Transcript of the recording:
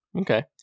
Okay